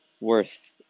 worth